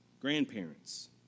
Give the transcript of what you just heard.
grandparents